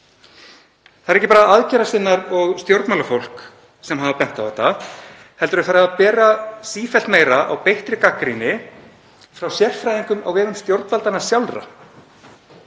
Það eru ekki bara aðgerðasinnar og stjórnmálafólk sem hefur bent á þetta heldur er farið að bera sífellt meira á beittri gagnrýni frá sérfræðingum á vegum stjórnvalda sjálfra.